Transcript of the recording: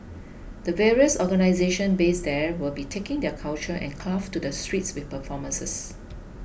the various organisations based there will be taking their culture and crafts to the streets with performances